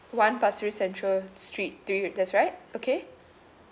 one pasir ris central street three that's right okay